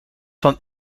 van